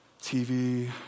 TV